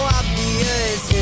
obvious